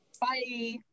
Bye